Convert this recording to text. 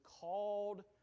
called